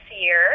year